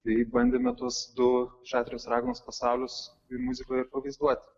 tai bandėme tuos du šatrijos raganos pasaulius ir muzikoje pavaizduoti